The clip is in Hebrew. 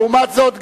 לעומת זאת,